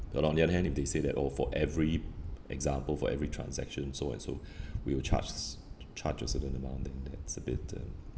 but on the other hand if they say that oh for every example for every transaction so and so we will charge s~ charge a certain amount then that's a bit uh